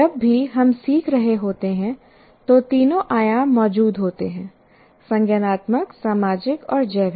जब भी हम सीख रहे होते हैं तो तीनों आयाम मौजूद होते हैं संज्ञानात्मक सामाजिक और जैविक